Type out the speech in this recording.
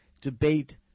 debate